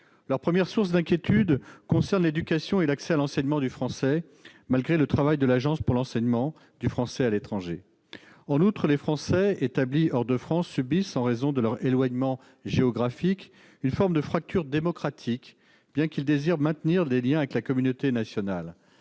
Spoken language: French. Leur première source d'inquiétude concerne l'éducation et l'accès à l'enseignement du français, malgré le travail de l'Agence pour l'enseignement français à l'étranger. En outre, les Français établis hors de France subissent, en raison de leur éloignement géographique, une forme de fracture démocratique, bien qu'ils désirent maintenir des liens avec la communauté nationale.